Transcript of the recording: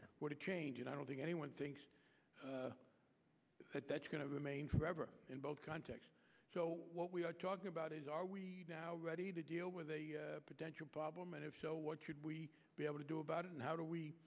rates were to change and i don't think anyone thinks that that's going to remain forever in both context so what we are talking about is are we ready to deal with a potential problem and if so what should we be able to do about it and how do we